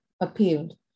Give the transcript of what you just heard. appealed